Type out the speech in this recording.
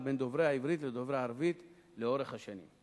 בין דוברי העברית לדוברי הערבית לאורך השנים.